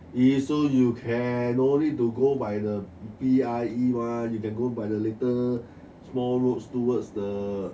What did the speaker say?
yishun you can no need to go by the P_I_E [one] you can go by the little small roads towards the